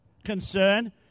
concern